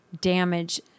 damage